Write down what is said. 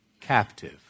captive